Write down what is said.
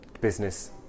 business